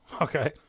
Okay